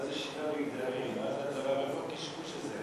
מה זה שוויון מגדרי, מאיפה הקשקוש הזה,